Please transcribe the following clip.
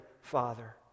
father